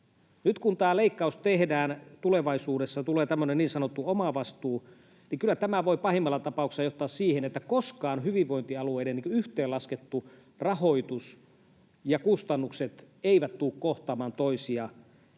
Nyt kun tämä leikkaus tehdään, tulevaisuudessa tulee tämmöinen niin sanottu omavastuu, niin kyllä tämä voi pahimmassa tapauksessa johtaa siihen, että koskaan hyvinvointialueiden yhteenlaskettu rahoitus ja kustannukset eivät tule kohtaamaan toisiaan.